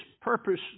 purpose